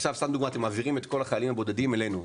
עכשיו סתם דוגמה אתם מעבירים את כל החיילים הבודדים אלינו,